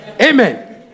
Amen